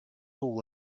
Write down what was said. all